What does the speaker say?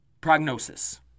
prognosis